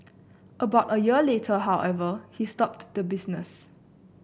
about a year later however he stopped the business